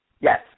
Yes